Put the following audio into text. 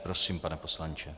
Prosím, pane poslanče.